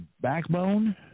Backbone